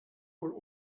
were